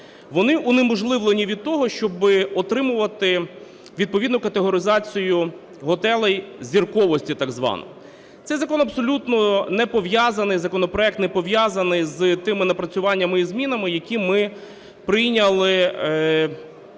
вони унеможливлені від того, щоб отримувати відповідну категоризацію готелей зірковості так звану. Цей закон абсолютно не пов'язаний, законопроект не пов'язаний з тими напрацюваннями і змінами, які ми прийняли